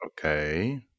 Okay